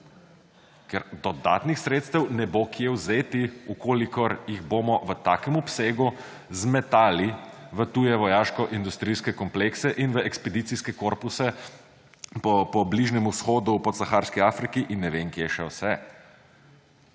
Ker dodatnih sredstev ne bo kje vzeti, če jih bomo v takem obsegu zmetali v tuje vojaškoindustrijske komplekse in v ekspedicijske korpuse po Bližnjem vzhodu, podsaharski Afriki in ne vem kje še vse,